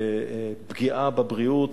בפגיעה בבריאות.